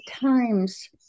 times